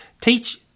teach